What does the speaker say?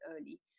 early